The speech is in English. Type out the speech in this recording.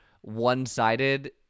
one-sided